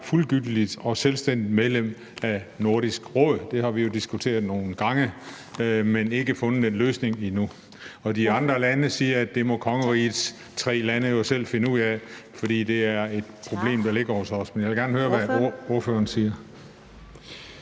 fuldgyldigt og selvstændigt medlem af Nordisk Råd. Vi har diskuteret det nogle gange, men endnu ikke fundet en løsning. Og de andre lande siger, at det må kongerigets tre lande jo selv finde ud af, fordi det er et problem, der ligger hos os. Men jeg vil gerne høre, hvad ordføreren siger